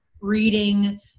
reading